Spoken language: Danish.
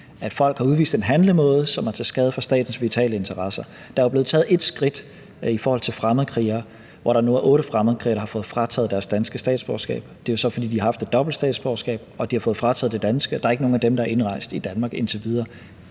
folk har udvist en handlemåde, som er til skade for statens vitale interesser. Der er jo blevet taget et skridt i forhold til fremmedkrigere, så der nu er otte fremmedkrigere, der har fået frataget deres danske statsborgerskab – det er jo så, fordi de har haft et dobbelt statsborgerskab og har fået frataget det danske – og der er ikke nogen af dem, der er indrejst i Danmark indtil videre.